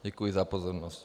Děkuji za pozornost.